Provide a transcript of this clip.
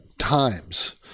times